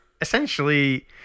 essentially